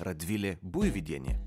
radvilė buivydienė